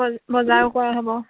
ব বজাৰো কৰা হ'ব